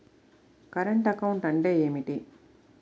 Current account అంటే ఏమిటి?